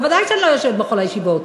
ודאי שאני לא יושבת בכל הישיבות,